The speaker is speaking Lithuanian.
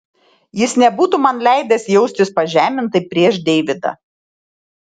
jis nebūtų man leidęs jaustis pažemintai prieš deividą